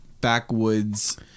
backwoods